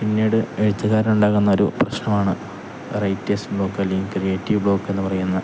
പിന്നീട് എഴുത്തുകാരനുണ്ടാകുന്ന ഒരു പ്രശ്നമാണ് റൈറ്റേഴസ് ബ്ലോക്ക് അല്ലെങ്കില് ക്രിയേറ്റീവ് ബ്ലോക്ക് എന്നു പറയുന്ന